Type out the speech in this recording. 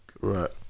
Right